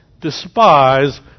despise